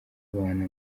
abana